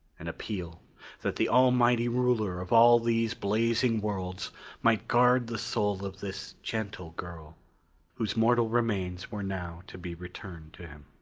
an appeal that the almighty ruler of all these blazing worlds might guard the soul of this gentle girl whose mortal remains were now to be returned to him.